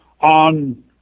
on